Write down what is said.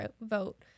vote